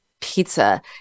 pizza